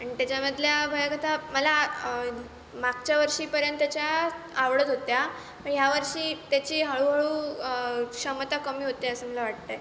आणि त्याच्यामधल्या भयकथा मला मागच्या वर्षीपर्यंतच्या आवडत होत्या पण ह्यावर्षी त्याची हळूहळू क्षमता कमी होते आहे असं मला वाटतं आहे